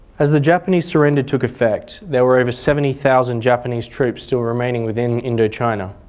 as the japanese surrender took effect there were over seventy thousand japanese troops still remaining within indochina.